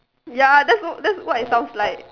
ya that's what it sounds like